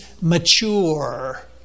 mature